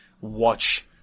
watch